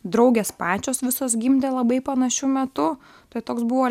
draugės pačios visos gimdė labai panašiu metu tai toks buvo